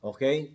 Okay